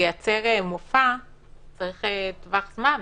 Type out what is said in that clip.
הרי כדי לייצר מופע צריך טווח זמן,